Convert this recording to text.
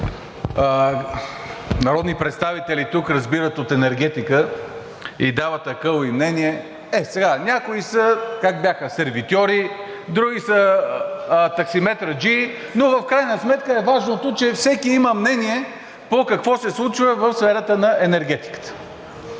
народни представители тук разбират от енергетика и дават акъл и мнение… Е, сега някои са – как бяха, сервитьори, други са таксиметраджии, но в крайна сметка е важно, че всеки има мнение какво се случва в сферата на енергетиката.